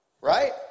Right